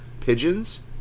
pigeons